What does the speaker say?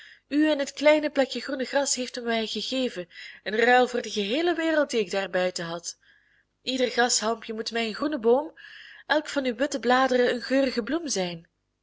u en het kleine plekje groene gras heeft men mij gegeven in ruil voor de geheele wereld die ik daar buiten had ieder grashalmpje moet mij een groene boom elk van uw witte bladeren een geurige bloem zijn